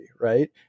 right